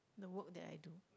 the work that I do